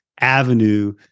avenue